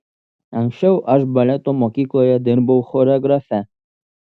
anksčiau aš baleto mokykloje dirbau choreografe